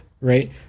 right